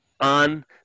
on